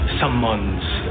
someone's